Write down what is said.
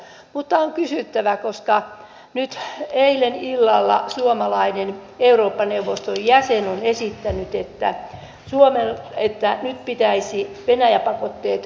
mutta on kysyttävä koska nyt eilen illalla suomalainen eurooppa neuvoston jäsen on esittänyt että nyt pitäisi venäjä pakotteista luopua